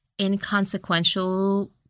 inconsequential